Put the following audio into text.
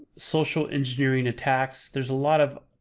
social-engineering attacks, there's a lot of